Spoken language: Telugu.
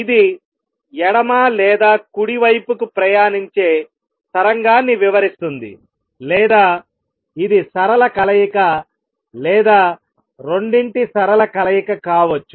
ఇది ఎడమ లేదా కుడి వైపుకి ప్రయాణించే తరంగాన్ని వివరిస్తుంది లేదా ఇది సరళ కలయిక లేదా రెండింటి సరళ కలయిక కావచ్చు